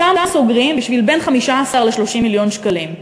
אותם סוגרים בשביל 15 30 מיליון שקלים.